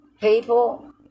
People